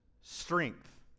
strength